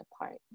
apart